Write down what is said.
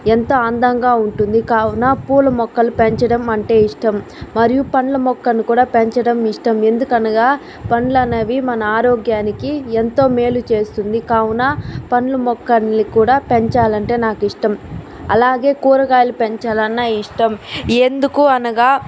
ఎంతో అందంగా ఉంటుంది కావున పూల మొక్కలు పెంచడం అంటే ఇష్టం మరియు పండ్ల మొక్కను కూడా పెంచడం ఇష్టం ఎందుకనగా పండ్లు అనేవి మన ఆరోగ్యానికి ఎంతో మేలు చేస్తుంది కావున పండ్ల మొక్కల్ని కూడా పెంచాలంటే నాకు ఇష్టం అలాగే కూరగాయలు పెంచాలన్న ఇష్టం ఎందుకు అనగా